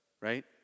Right